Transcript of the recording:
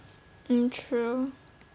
um true